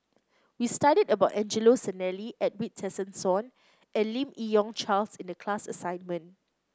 we studied about Angelo Sanelli Edwin Tessensohn and Lim Yi Yong Charles in the class assignment